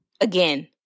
again